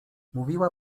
mówiła